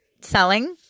selling